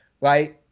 right